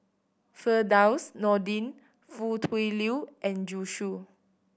Firdaus Nordin Foo Tui Liew and Zhu Xu